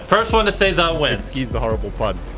first one to say the wins. excuse the horrible pun.